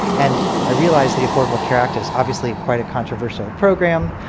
and i realize the affordable care act is obviously quite a controversial program.